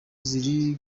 ziri